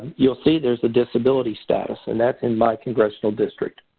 you'll see there's the disability status, and that's in my congressional district.